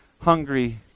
hungry